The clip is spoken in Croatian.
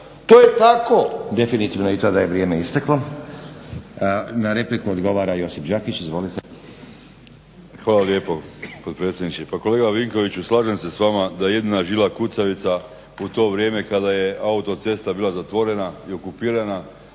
(SDP)** Definitivno je i to da je vrijeme isteklo. Na repliku odgovara Josip Đakić. Izvolite. **Đakić, Josip (HDZ)** Hvala lijepo potpredsjedniče. Pa kolega Vinkoviću slažem se s vama da jedina žila kucavica u to vrijeme kada je autocesta bila zatvorena i okupirana,